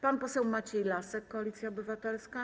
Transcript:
Pan poseł Maciej Lasek, Koalicja Obywatelska.